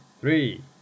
three